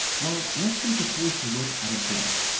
well, let's take a closer look at a block.